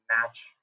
match